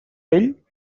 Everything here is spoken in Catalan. vell